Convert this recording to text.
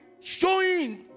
showing